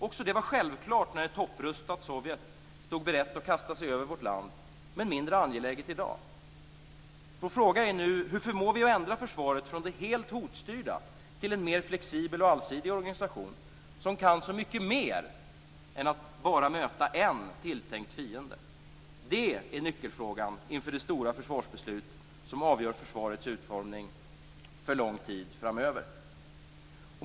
Också det var självklart när ett topprustat Sovjet stod berett att kasta sig över vårt land men är mindre angeläget i dag. Vår fråga är nu: Hur förmår vi att förändra försvaret från det helt hotstyrda till en mer flexibel och allsidig organisation som kan så mycket mer än att bara möta en tilltänkt fiende? Detta är nyckelfrågan inför det stora försvarsbeslut som avgör försvarets utformning för lång tid framöver.